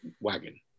wagon